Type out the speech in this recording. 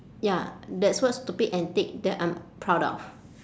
ya that's what stupid antic that I'm proud of